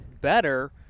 better